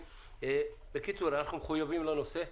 בקיצור, אנחנו מחויבים לנושא.